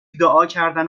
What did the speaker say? دعاکردن